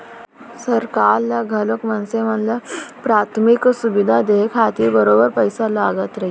सरकार ल घलोक मनसे मन ल पराथमिक सुबिधा देय खातिर बरोबर पइसा लगत रहिथे